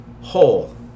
whole